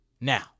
now